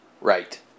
right